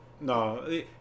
No